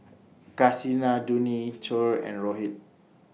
Kasinadhuni Choor and Rohit